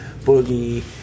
Boogie